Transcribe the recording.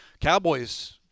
Cowboys